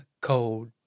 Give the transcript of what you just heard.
cold